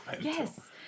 Yes